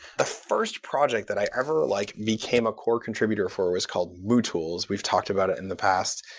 the first project that i ever like became a core contributor for was called mootools. we've talked about it in the past.